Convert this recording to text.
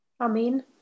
Amen